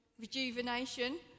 rejuvenation